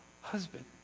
husband